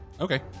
Okay